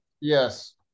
Yes